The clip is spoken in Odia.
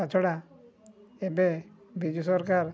ତା'ଛଡ଼ା ଏବେ ବିଜୁ ସରକାର